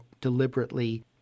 deliberately